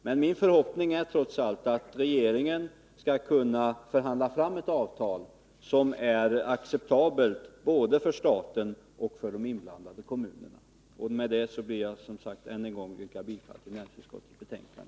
Men min förhoppning är trots allt att regeringen skall kunna förhandla fram ett avtal som är acceptabelt både för staten och för de inblandade kommunerna. Med detta ber jag att än en gång få yrka bifall till utskottets hemställan.